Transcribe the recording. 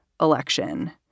election